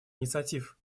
инициатив